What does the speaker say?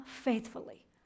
faithfully